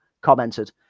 commented